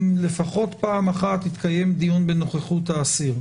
לפחות פעם אחת התקיים דיון בנוכחות האסיר.